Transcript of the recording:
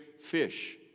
fish